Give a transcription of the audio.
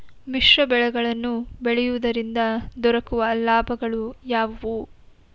ಮಿಶ್ರ ಬೆಳೆಗಳನ್ನು ಬೆಳೆಯುವುದರಿಂದ ದೊರಕುವ ಲಾಭಗಳು ಯಾವುವು?